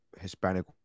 Hispanic